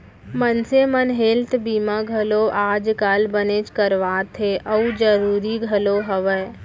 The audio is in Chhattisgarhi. मनसे मन हेल्थ बीमा घलौ आज काल बनेच करवात हें अउ जरूरी घलौ हवय